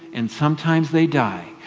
and sometimes they die.